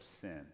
sin